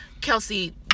Kelsey